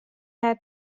had